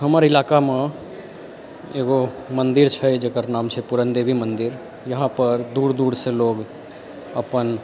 हमर इलाकामे एगो मन्दिर छै जकर नाम छै पूरणदेवी मंदिर यहाँ पर दूर दूरसँ लोग अपन